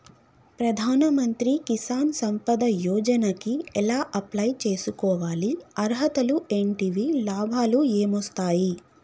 ప్రధాన మంత్రి కిసాన్ సంపద యోజన కి ఎలా అప్లయ్ చేసుకోవాలి? అర్హతలు ఏంటివి? లాభాలు ఏమొస్తాయి?